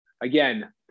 again